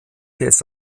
des